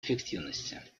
эффективности